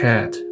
Cat